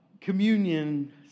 Communion